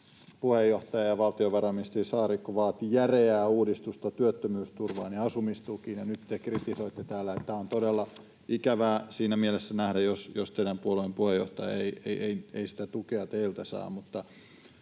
puheenjohtaja ja valtiovarainministeri Saarikko vaati järeää uudistusta työttömyysturvaan ja asumistukiin, ja nyt te kritisoitte täällä. Tämä on todella ikävää siinä mielessä nähdä, jos teidän puolueenne puheenjohtaja ei sitä tukea teiltä saa.